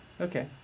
Okay